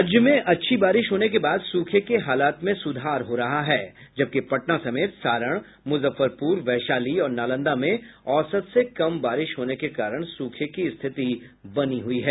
राज्य में अच्छी बारिश होने के बाद सूखे के हालात में सुधार हो रहा है जबकि पटना समेत सारण मुजफ्फरपुर वैशाली और नालंदा में औसत से कम बारिश होने के कारण सूखे की स्थिति बनी हुई है